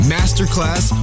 Masterclass